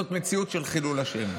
זאת מציאות של חילול השם.